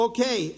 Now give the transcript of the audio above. Okay